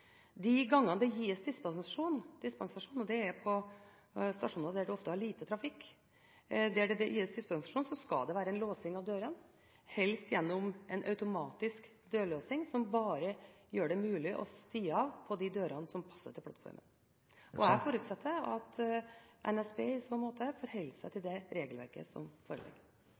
De gangene det gis dispensasjon, på stasjoner der det ofte er lite trafikk, skal man låse dørene, helst gjennom en automatisk dørlåsing. Det gjør at det bare er mulig å stige av ved de dørene som passer til plattformen. Jeg forutsetter at NSB i så måte forholder seg til det regelverket som foreligger.